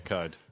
Code